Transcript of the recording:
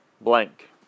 blank